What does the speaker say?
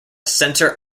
center